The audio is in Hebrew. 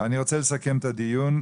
אני רוצה לסכם את הדיון.